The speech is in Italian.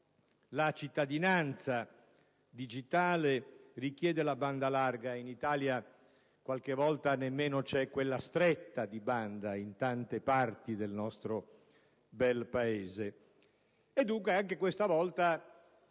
La cittadinanza digitale richiede la banda larga in Italia; qualche volta nemmeno c'è quella stretta, di banda, in tante parti del nostro bel Paese.